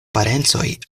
parencoj